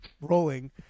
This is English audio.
rolling